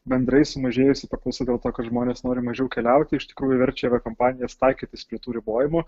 bendrai sumažėjusi paklausa dėl to kad žmonės nori mažiau keliauti iš tikrųjų verčia aviakompanijas taikytis prie tų ribojimų